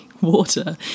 water